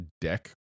deck